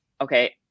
Okay